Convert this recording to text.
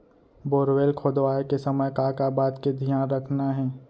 Borewell खोदवाए के समय का का बात के धियान रखना हे?